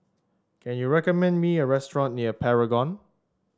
can you recommend me a restaurant near Paragon